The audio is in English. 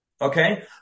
Okay